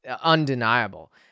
undeniable